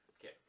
okay